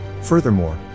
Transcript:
Furthermore